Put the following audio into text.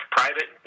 private